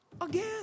again